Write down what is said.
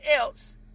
else